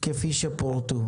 כפי שפורטו?